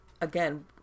again